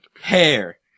Hair